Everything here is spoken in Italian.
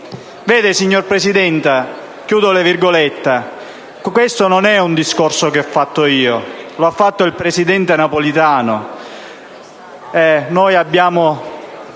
Signora Presidente, questo non è un discorso che ho fatto io: lo ha fatto il presidente Napolitano. Noi abbiamo